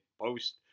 post